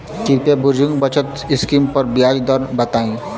कृपया बुजुर्ग बचत स्किम पर ब्याज दर बताई